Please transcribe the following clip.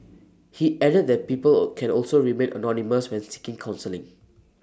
he added that people or can also remain anonymous when seeking counselling